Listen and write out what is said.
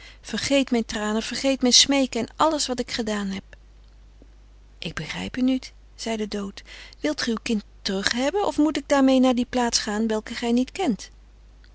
vergeet mijn tranen vergeet mijn smeeken en alles wat ik gedaan heb ik begrijp u niet zei de dood wilt ge uw kind terug hebben of moet ik daarmee naar die plaats gaan welke gij niet kent